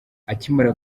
akimara